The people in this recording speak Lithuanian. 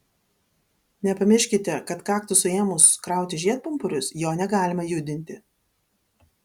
nepamirškite kad kaktusui ėmus krauti žiedpumpurius jo negalima judinti